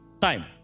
time